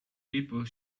people